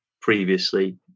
previously